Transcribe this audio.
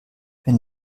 wenn